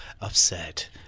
upset